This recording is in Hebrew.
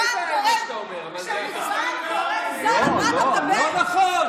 לא נכון.